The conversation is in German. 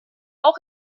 auch